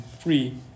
free